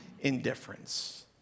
indifference